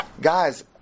guys